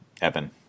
Evan